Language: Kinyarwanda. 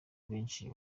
benshi